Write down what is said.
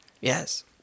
yes